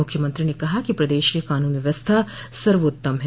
मुख्यमंत्री ने कहा कि प्रदेश की कानून व्यवस्था सर्वोत्तम है